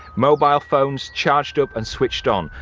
mobile phones charged up and switched on.